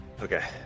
Okay